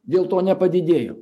dėl to nepadidėjo